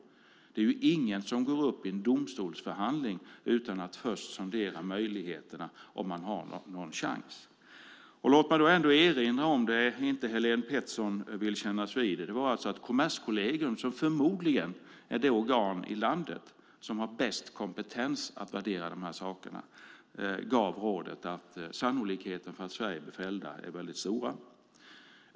Ingen går ju upp i en domstolsförhandling utan att först sondera möjligheterna, chansen, att vinna. Låt mig erinra om det Helén Pettersson inte vill kännas vid. Kommerskollegium, som förmodligen är det organ i landet som har bästa kompetensen att värdera de här sakerna, gav råd och sade att sannolikheten för att Sverige skulle fällas var väldigt stor.